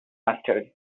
mustard